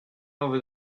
over